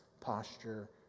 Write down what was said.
posture